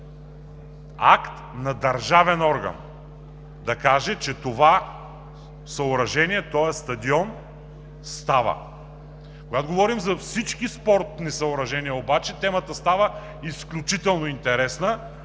акт на държавен орган, за да каже, че това съоръжение, този стадион става. Когато говорим за всички спортни съоръжения обаче, темата става изключително интересна,